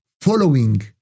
following